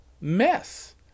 mess